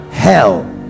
hell